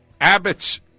Abbott's